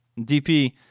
DP